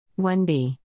1b